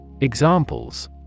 Examples